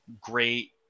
great